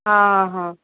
आं हा